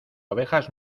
ovejas